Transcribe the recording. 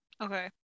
okay